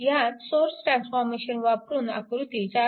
ह्यात source transformation वापरून आकृती 4